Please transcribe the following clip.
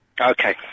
Okay